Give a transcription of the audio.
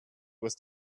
was